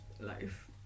life